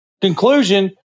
conclusion